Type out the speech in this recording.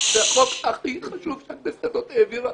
זה החוק הכי חשוב שהכנסת הזאת העבירה.